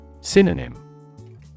Synonym